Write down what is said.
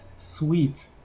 Sweet